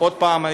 עוד פעם,